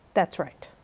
that's right.